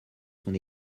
son